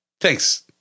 thanks